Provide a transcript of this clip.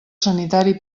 sanitari